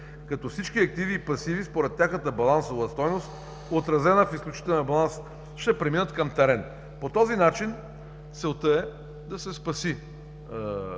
като всички активи и пасиви според тяхната балансова стойност, отразена в изключителния баланс, ще преминат към „Терем“. По този начин целта е да се спаси